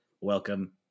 welcome